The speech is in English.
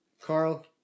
carl